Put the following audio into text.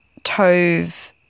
Tove